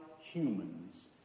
humans